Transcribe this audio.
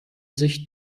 sich